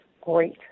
great